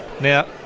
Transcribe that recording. Now